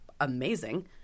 amazing